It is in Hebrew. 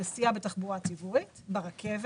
לנסיעה בתחבורה ציבורית ברכבת.